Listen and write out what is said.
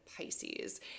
Pisces